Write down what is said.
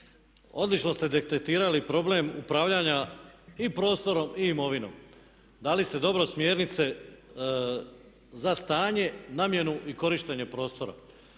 odlično ste detektirali problem upravljanja i prostorom i imovinom. Dali ste dobro smjernice za stanje, namjenu i korištenje prostora.